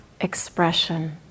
expression